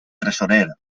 tresorer